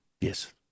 Yes